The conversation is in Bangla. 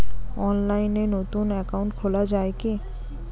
অনলাইনে নতুন একাউন্ট খোলা য়ায় কি?